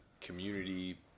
community